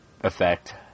effect